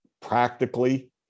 practically